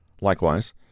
Likewise